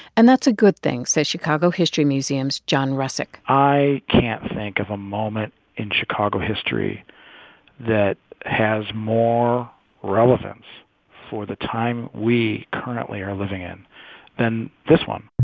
and that's a good thing, says chicago history museum's john russick i can't think of a moment in chicago history that has more relevance for the time we currently are living in than this one